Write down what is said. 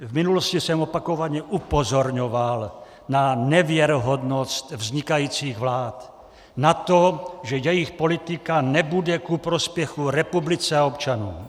V minulosti jsem opakovaně upozorňoval na nevěrohodnost vznikajících vlád, na to, že jejich politika nebude ku prospěchu republice a občanům.